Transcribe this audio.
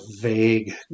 vague